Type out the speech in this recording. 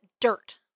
dirt